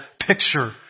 picture